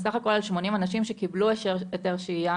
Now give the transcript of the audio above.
סך הכול על 80 אנשים שקיבלו היתר שהייה